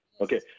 okay